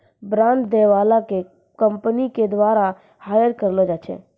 bond दै बाला के कंपनी के द्वारा हायर करलो जाय छै